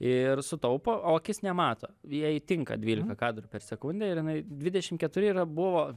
ir sutaupo o akis nemato jai tinka dvylika kadrų per sekundę ir jinai dvidešim keturi yra buvo